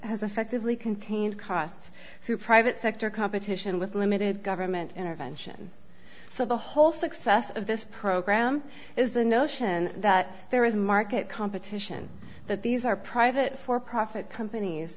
has effectively contained costs through private sector competition with limited government intervention so the whole success of this program is the notion that there is market competition that these are private for profit companies